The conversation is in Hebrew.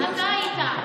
אתה היית,